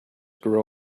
grow